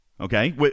Okay